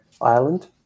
island